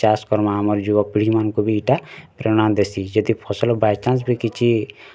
ଚାଷ୍ କରମା ଆମର୍ ଯୁବ ପିଢ଼ି ମାନଙ୍କୁ ବି ଏଇଟା ପ୍ରେରଣା ଦେସି ଯଦି ଫସଲ ବାଇଚାନ୍ସ ବି କିଛି